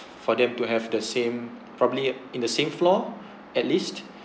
for them to have the same probably in the same floor at least